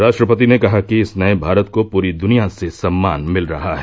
राष्ट्रपति ने कहा कि इस नए भारत को पूरी दुनिया से सम्मान मिल रहा है